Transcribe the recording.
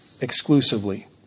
exclusively